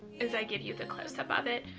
is, i give you the close up of it,